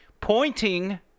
pointing